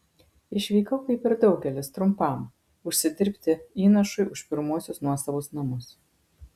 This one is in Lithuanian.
išvykau kaip ir daugelis trumpam užsidirbti įnašui už pirmuosius nuosavus namus